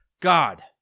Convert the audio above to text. God